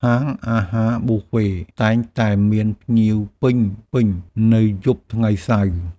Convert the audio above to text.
ហាងអាហារប៊ូហ្វេ (Buffet) តែងតែមានភ្ញៀវពេញៗនៅយប់ថ្ងៃសៅរ៍។